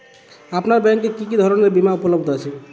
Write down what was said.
আপনার ব্যাঙ্ক এ কি কি ধরনের বিমা উপলব্ধ আছে?